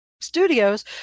studios